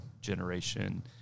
generation